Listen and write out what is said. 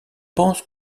pense